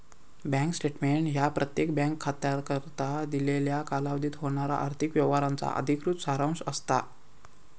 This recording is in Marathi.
बँक स्टेटमेंट ह्या प्रत्येक बँक खात्याकरता दिलेल्या कालावधीत होणारा आर्थिक व्यवहारांचा अधिकृत सारांश असता